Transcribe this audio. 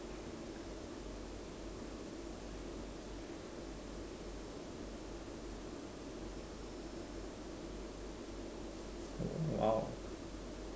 !wow!